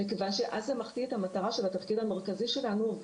מכיוון שאז זה מחטיא את המטרה של התפקיד המרכזי שלנו.